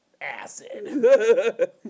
acid